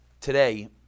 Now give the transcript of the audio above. today